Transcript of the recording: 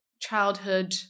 childhood